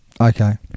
Okay